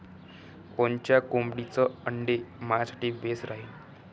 कोनच्या कोंबडीचं आंडे मायासाठी बेस राहीन?